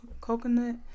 Coconut